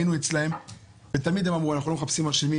היינו אצלם ותמיד הם אמרו: אנחנו לא מחפשים אשמים,